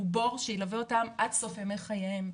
הוא בור שילווה אותם עד סוף ימי חייהם.